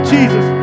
Jesus